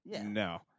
no